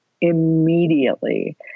immediately